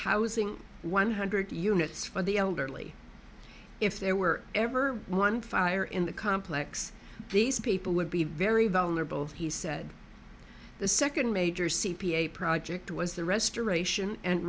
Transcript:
housing one hundred units for the elderly if there were ever one fire in the complex these people would be very vulnerable he said the second major c p a project was the restoration and